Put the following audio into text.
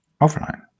offline